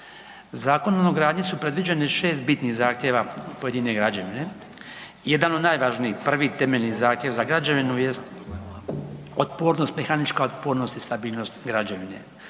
Zakonom o gradnji su predviđene 6 bitnih zahtjeva pojedine građevine. Jedan od najvažnijih, prvi temeljni zahtjev za građevinu jest otpornost, mehanička otpornost i stabilnost građevine.